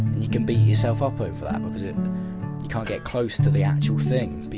and yu can beat yourself up over that, because it. you can't get close to the actual thing.